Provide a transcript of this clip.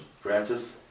Francis